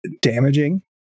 damaging